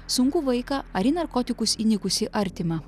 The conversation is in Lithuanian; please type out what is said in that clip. sunkų vaiką ar į narkotikus įnikusį artimą